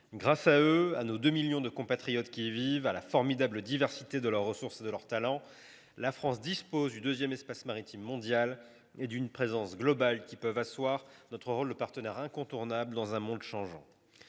Grâce à eux, à nos 2 millions de compatriotes qui y vivent, à la formidable diversité de leurs ressources et de leurs talents, la France dispose du deuxième espace maritime mondial et d’une présence globale à même d’asseoir son rôle de partenaire incontournable dans un monde changeant.